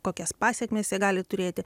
kokias pasekmes jie gali turėti